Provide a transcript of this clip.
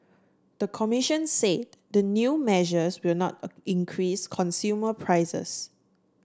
the commission said the new measures will not increase consumer prices